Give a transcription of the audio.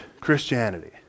Christianity